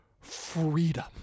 freedom